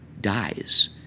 dies